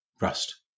Rust